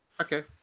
Okay